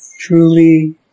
truly